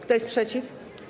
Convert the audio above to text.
Kto jest przeciw?